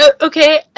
Okay